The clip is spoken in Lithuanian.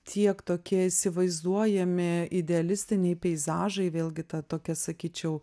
tiek tokie įsivaizduojami idealistiniai peizažai vėlgi ta tokia sakyčiau